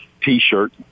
t-shirt